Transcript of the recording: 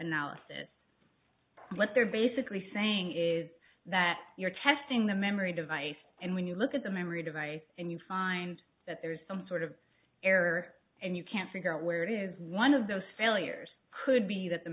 analysis what they're basically saying is that you're testing the memory device and when you look at the memory device and you find that there's some sort of error and you can't figure out where it is one of those failures could be that the